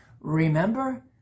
Remember